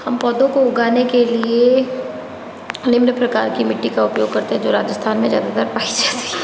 हम पौधों को उगाने के लिए निम्न प्रकार की मिट्टी का उपयोग करते हैं जो राजस्थान में ज़्यादातर पाई जाती है